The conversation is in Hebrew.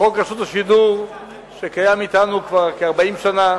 חוק רשות השידור שקיים אתנו כבר כ-40 שנה